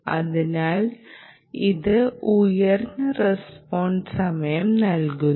അതിനാൽ ഇത് ഉയർന്ന റസ്പോൺസ് സമയം നൽകുന്നു